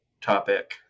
topic